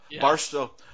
Barstow